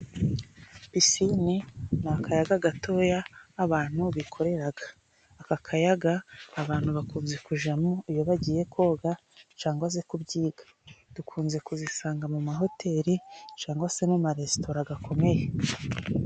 Pisine ni akayaga gatoya abantu bikorera ,aka kayaga abantu bakunze kujyamo iyo bagiye koga, cyangwa se kubyiga dukunze kuzisanga mu mahoteli ,cyangwa se mu maresitora akomeye.